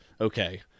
Okay